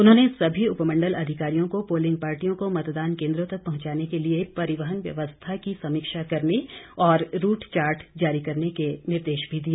उन्होंने सभी उपमंडल अधिकारियों को पोलिंग पार्टियों को मतदान केंद्रों तक पहुंचाने के लिए परिवहन व्यवस्था की समीक्षा करने और रूट चार्ट जारी करने के निर्देश भी दिए